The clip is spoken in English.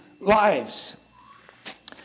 lives